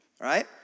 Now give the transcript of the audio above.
right